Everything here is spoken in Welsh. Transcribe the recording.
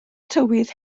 tywydd